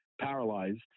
paralyzed